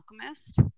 alchemist